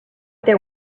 there